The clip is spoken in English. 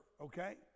okay